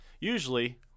Usually